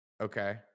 okay